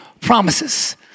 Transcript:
promises